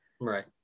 right